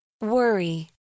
Worry